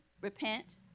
repent